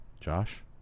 Josh